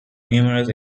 numerous